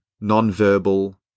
non-verbal